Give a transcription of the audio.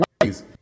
ways